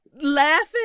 laughing